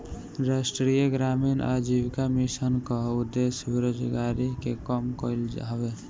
राष्ट्रीय ग्रामीण आजीविका मिशन कअ उद्देश्य बेरोजारी के कम कईल हवे